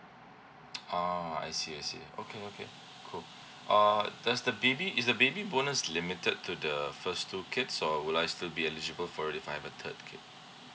oh I see I see okay okay cool err does the baby is the baby bonus limited to the first two kids or would I still be eligible for it if I have a third kid